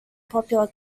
popular